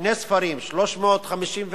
שני ספרים, 354,